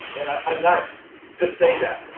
and i'm not just saying that,